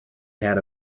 had